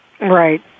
Right